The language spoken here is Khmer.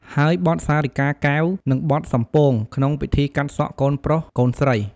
ហើយបទសារិកាកែវ និងបទសំពោង ក្នុងពិធីកាត់សក់កូនប្រុសកូនស្រី។